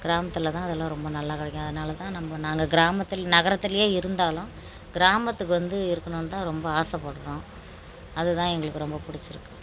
கிராமத்தில் தான் அதெலாம் ரொம்ப நல்லா கிடைக்கும் அதனால தான் நம்ம நாங்கள் கிராமத்தில் நகரத்துலேயே இருந்தாலும் கிராமத்துக்கு வந்து இருக்கணும் தான் ரொம்ப ஆசைப்படுறோம் அது தான் எங்களுக்கு ரொம்ப பிடிச்சிருக்கு